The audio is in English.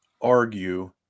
argue